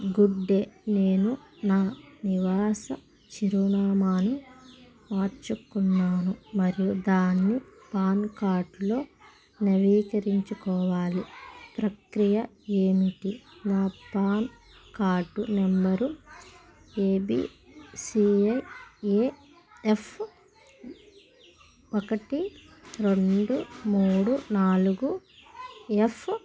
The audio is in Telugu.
గుడ్ డే నేను నా నివాస చిరునామాను మార్చుకున్నాను మరియు దానిని పాన్ కార్డ్లో నవీకరించుకోవాలి ప్రక్రియ ఏమిటి నా PAN card number A B C A A F ఒకటి రెండు మూడు నాలుగు ఎఫ్